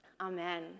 Amen